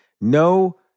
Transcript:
No